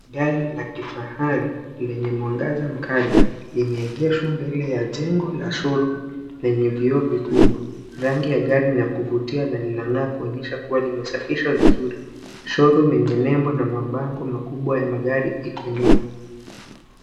Gari la kifahari lenye mwangaza mkali limeegeshwa mbele ya jengo la showroom lenye vioo vikubwa. Rangi la gari ni la kuvutia na linangaa kuonyesha kuwa limesafishwa vizuri. Showroom yenye nembo na mabango ya magari makubwa iko nyuma.